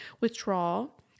withdrawal